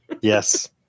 Yes